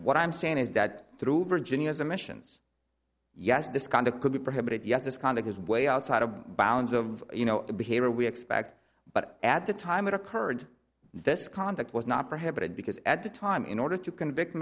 what i'm saying is that true virginia is a mentions yes this kind of could be prohibited yes it's kind of his way outside of the bounds of you know the behavior we expect but at the time it occurred this conduct was not prohibited because at the time in order to convict